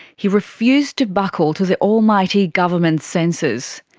he refused to buckle to the almighty government censors.